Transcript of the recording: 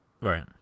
right